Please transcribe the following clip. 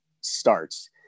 starts